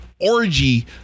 orgy